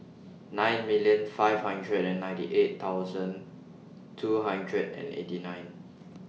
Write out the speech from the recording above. nine million five hundred and ninety eight thousand two hundred and eighty nine